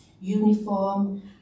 uniform